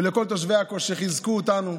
ולכל תושבי עכו שחיזקו אותנו: